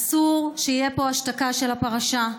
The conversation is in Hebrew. אסור שתהיה פה השתקה של הפרשה.